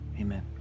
Amen